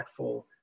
impactful